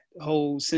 whole